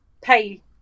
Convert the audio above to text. pay